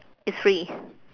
it's free